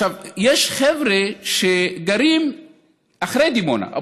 יש חבר'ה שגרים אחרי דימונה,